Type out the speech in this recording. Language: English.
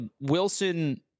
Wilson